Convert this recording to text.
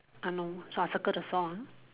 um no so I circle the saw ah